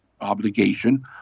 obligation